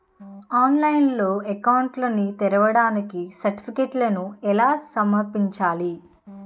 ఆన్లైన్లో అకౌంట్ ని తెరవడానికి సర్టిఫికెట్లను ఎలా సమర్పించాలి?